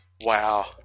Wow